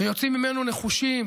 ויוצאים ממנו נחושים